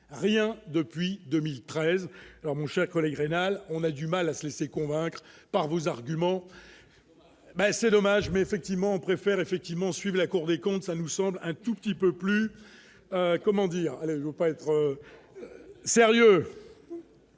rien depuis 2013, alors mon cher collègue rénale, on a du mal à se laisser convaincre par vos arguments, ben, c'est dommage, mais effectivement préfère effectivement la Cour des comptes, ça nous semble un tout petit peu plus comment dire à la loupe à être sérieux.